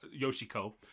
Yoshiko